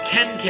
Ken